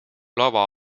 lava